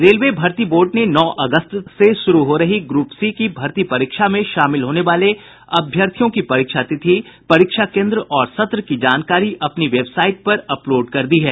railway भर्ती board ने नौ अगस्त से शुरू हो रही ग्रुप सी की भर्ती परीक्षा में शामिल होने वाले अभ्यर्थियों की परीक्षा तिथि परीक्षा केंद्र और सत्र की जानकारी अपनी वेबसाईट पर अपलोड कर दी है